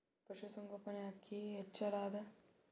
ಪಶುಸಂಗೋಪನೆ ಅಕ್ಕಿ ಹೆಚ್ಚೆಲದಾ?